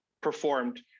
performed